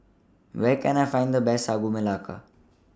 Where Can I Find The Best Sagu Melaka